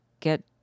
get